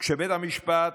כשבית המשפט,